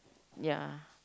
ya